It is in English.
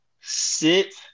sit